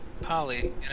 Polly